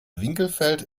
winkelfeld